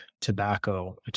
tobacco